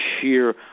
sheer